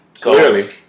Clearly